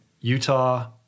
Utah